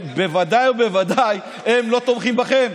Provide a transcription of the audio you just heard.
בוודאי ובוודאי הם לא תומכים בכםף